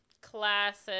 Classic